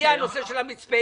יגיע הנושא של המצפה,